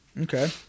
Okay